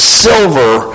silver